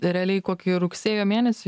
realiai kokį rugsėjo mėnesį